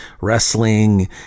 wrestling